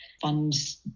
funds